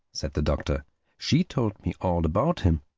said the doctor she told me all about him.